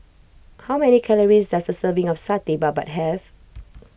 how many calories does a serving of Satay Babat have